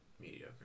mediocre